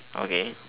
okay